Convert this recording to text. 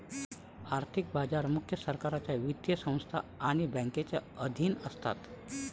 आर्थिक बाजार मुख्यतः सरकारच्या वित्तीय संस्था आणि बँकांच्या अधीन असतात